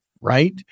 right